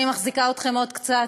אני מחזיקה אתכם עוד קצת,